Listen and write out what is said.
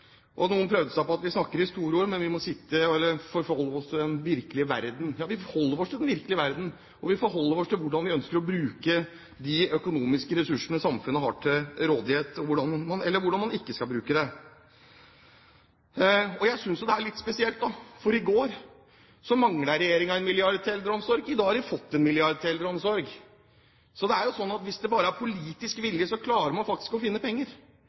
Noen prøvde seg på at vi snakker i store ord, og at vi må forholde oss til den virkelige verden. Ja, vi forholder oss til den virkelige verden, og vi forholder oss til hvordan vi ønsker å bruke de økonomiske ressursene samfunnet har til rådighet – eller hvordan man ikke skal bruke dem. Jeg synes jo det er litt spesielt at i går manglet regjeringen 1 mrd. kr til eldreomsorg, i dag har de fått 1 mrd. kr til eldreomsorg. Så det er jo sånn at hvis det bare er politisk vilje, klarer man faktisk å finne penger.